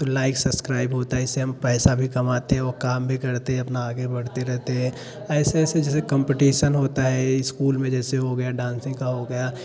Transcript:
तो like subscribe होता है इससे हम पैसा भी कमाते हैं और काम भी करते हैं अपना आगे बढ़ते रहते हैं ऐसे ऐसे जैसे कंपटीशन होता है स्कूल में जैसे हो गया डान्सिंग का हो गया